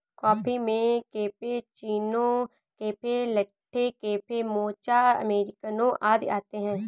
coffee में cappuccino, cafe latte, cafe mocha, अमेरिकनों आदि आते है